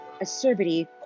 acerbity